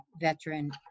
veteran